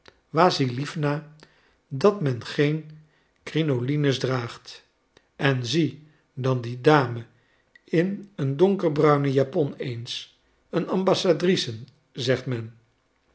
maria wassiliewna dat men geen crinolines draagt en zie dan die dame in een donkerbruine japon eens een ambassadrice zegt men hoe